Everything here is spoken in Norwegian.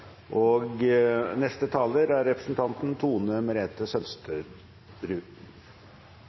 forstått? Neste taler er representanten